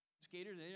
skaters